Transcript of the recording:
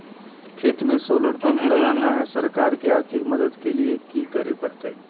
खेत में solar pump लगाना है, सरकार से आर्थिक मदद के लिए की करे परतय?